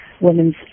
women's